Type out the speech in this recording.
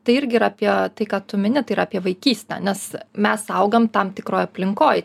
tai irgi yra apie tai ką tu mini tai yra apie vaikystę nes mes augam tam tikroj aplinkoj